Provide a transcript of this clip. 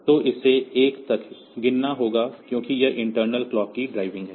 तो इसे 1 तक गिनना होगा क्योंकि यह इंटर्नल क्लॉक की ड्राइविंग है